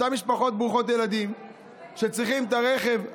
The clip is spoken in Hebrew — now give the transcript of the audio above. אותן משפחות ברוכות ילדים שצריכות את הרכב,